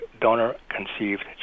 donor-conceived